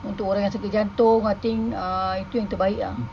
untuk orang yang sakit jantung I think uh tu yang terbaik ah